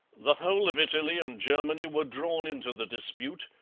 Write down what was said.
the whole of italy and germany were drawn into the dispute,